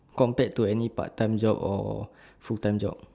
compared to any part time job or full time job